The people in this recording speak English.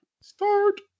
start